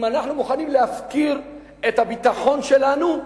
אם אנחנו מוכנים להפקיר את הביטחון שלנו.